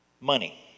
Money